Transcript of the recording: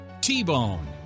T-Bone